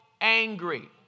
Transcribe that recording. angry